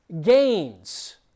gains